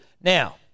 now